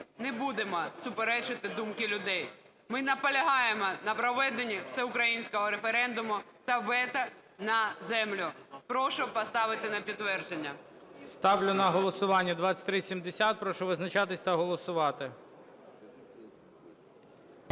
Не будемо суперечити думці людей. Ми наполягаємо на проведенні всеукраїнського референдуму та вето на землю. Прошу поставити на підтвердження. ГОЛОВУЮЧИЙ. Ставлю на голосування 2370. Прошу визначатись та голосувати.